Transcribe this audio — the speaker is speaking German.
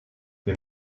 wir